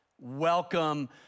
Welcome